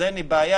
אז אין לי בעיה,